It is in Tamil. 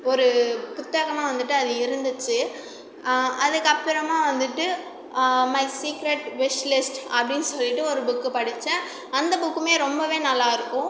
ஒரு புத்தகமாக வந்துவிட்டு அது இருந்துச்சு அதற்கப்பறமா வந்துவிட்டு மை சீக்ரெட் விஷ்லிஸ்ட் அப்படின்னு சொல்லிவிட்டு ஒரு புக்கு படிச்சேன் அந்த புக்குமே ரொம்பவே நல்லா இருக்கும்